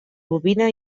bobina